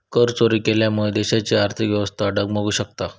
करचोरी केल्यामुळा देशाची आर्थिक व्यवस्था डगमगु शकता